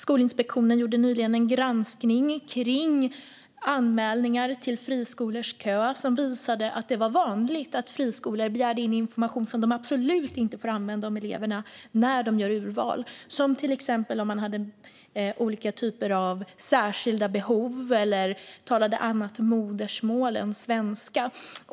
Skolinspektionen gjorde nyligen en granskning av anmälningar till friskoleköer, och det visade sig vara vanligt att friskolor begärde in information om eleverna som de absolut inte får använda när de gör urval. Det gällde till exempel särskilda behov och annat modersmål än svenska.